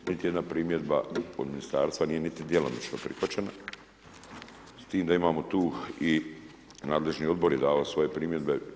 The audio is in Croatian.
Niti jedna primjedba od ministarstva nije niti djelomično prihvaćena, s tim da imamo tu i nadležni odbor je dao svoje primjedbe.